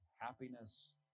happiness